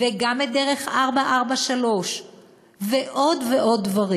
וגם את דרך 443 ועוד ועוד דברים.